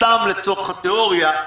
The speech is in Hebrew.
סתם לצורך התיאוריה,